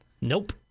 Nope